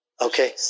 Okay